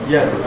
Yes